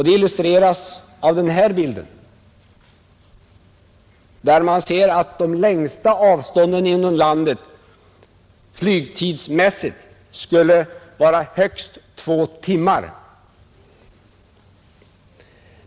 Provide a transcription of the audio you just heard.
Det illustreras av den bild jag nu visar på TV-skärmen, där man ser att det längsta avståndet till Stockholm flygtidsmässigt skulle kunna vara två timmar.